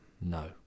No